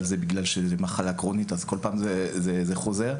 זה בגלל שזה מחלה כרונית אז כל פעם זה חוזר,